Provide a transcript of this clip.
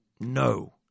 No